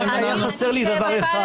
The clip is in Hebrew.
רק היה חסר לי דבר אחד.